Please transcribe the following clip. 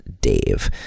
Dave